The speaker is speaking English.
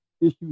issues